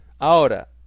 Ahora